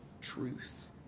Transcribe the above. truth